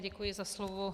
Děkuji za slovo.